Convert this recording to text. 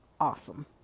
awesome